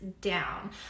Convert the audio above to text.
down